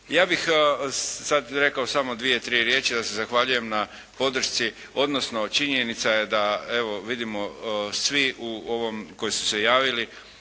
Ja bih sad rekao samo dvije, tri riječi da se zahvaljujem na podršci odnosno činjenica je da evo vidimo svi u ovom, koji su se javili,